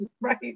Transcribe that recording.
right